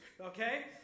okay